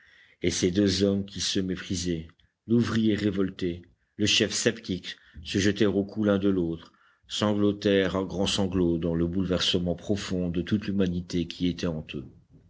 et ces deux hommes qui se méprisaient l'ouvrier révolté le chef sceptique se jetèrent au cou l'un de l'autre sanglotèrent à gros sanglots dans le bouleversement profond de toute l'humanité qui était en eux